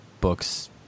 books